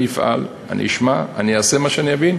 אני אפעל, אני אשמע, אני אעשה מה שאני מבין,